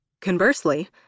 Conversely